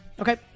Okay